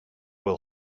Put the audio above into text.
will